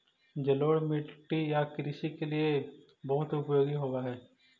जलोढ़ मिट्टी या कृषि के लिए बहुत उपयोगी होवअ हई